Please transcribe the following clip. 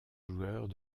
joueurs